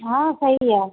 हा सही आहे